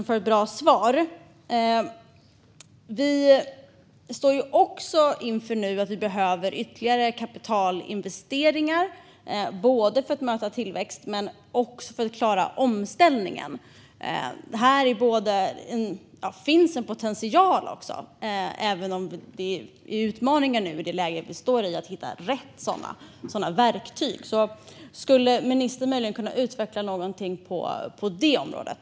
Fru talman! Tack, ministern, för ett bra svar! Vi står nu också inför att vi behöver ytterligare kapitalinvesteringar, både för att möta tillväxt och för att klara omställningen. Här finns en potential, även om utmaningen i det läge vi nu står inför är att hitta rätt verktyg. Kan ministern utveckla något på det området?